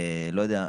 אני לא יודע,